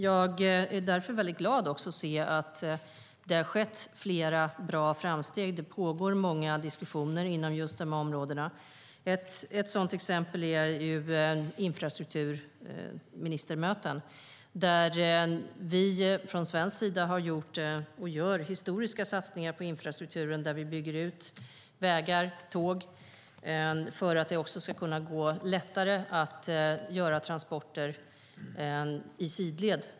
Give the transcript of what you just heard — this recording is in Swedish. Jag är därför glad att se att det har skett flera bra framsteg, att det pågår många diskussioner inom de områdena. Ett sådant exempel är infrastrukturministermöten. Vi från svensk sida har gjort, och gör, historiska satsningar på infrastrukturen. Vi bygger ut vägar och tågförbindelser för att det ska bli lättare att transportera i sidled.